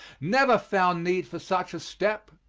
never found need for such a step